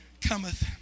cometh